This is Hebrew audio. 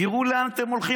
תראו לאן אתם הולכים.